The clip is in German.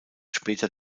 später